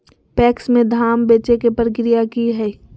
PACS में धाम बेचे के प्रक्रिया की हय?